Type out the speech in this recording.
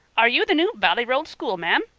are you the new valley road schoolma'am?